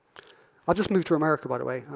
i just moved to america by the way,